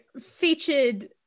featured